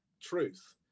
truth